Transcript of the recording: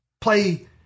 Play